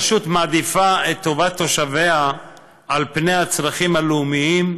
לעיתים הרשות מעדיפה את טובת תושביה על פני הצרכים הלאומיים,